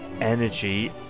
energy